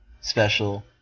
special